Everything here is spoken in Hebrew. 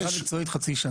עבודה מקצועית חצי שנה.